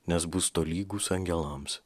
nes bus tolygūs angelams